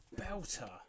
Belter